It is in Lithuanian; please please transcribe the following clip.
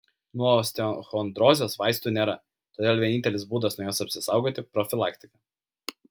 nuo osteochondrozės vaistų nėra todėl vienintelis būdas nuo jos apsisaugoti profilaktika